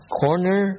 corner